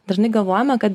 dažnai galvojame kad